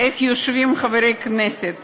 ואיך יושבים חברי הכנסת